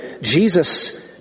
Jesus